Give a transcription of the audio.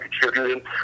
contributing